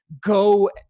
go